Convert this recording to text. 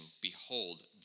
Behold